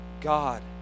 God